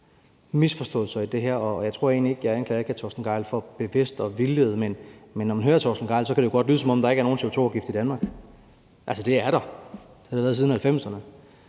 misforståelser i det her, og jeg anklager ikke hr. Torsten Gejl for bevidst at vildlede, men når man hører hr. Torsten Gejl, kan det jo godt lyde, som om der ikke er nogen CO2-afgifter i Danmark. Altså, det er der. Det har der været siden 1990'erne.